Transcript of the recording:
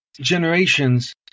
generations